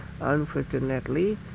Unfortunately